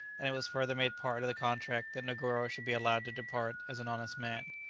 and it was further made part of the contract that negoro should be allowed to depart as an honest man.